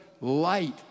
light